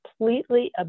completely